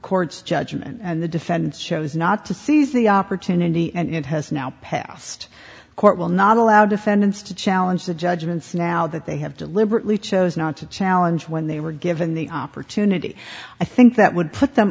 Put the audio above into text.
court's judgment and the defense chose not to seize the opportunity and it has now passed court will not allow defendants to challenge the judgments now that they have deliberately chose not to challenge when they were given the opportunity i think that would put them